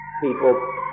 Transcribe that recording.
People